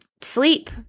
sleep